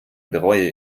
bereue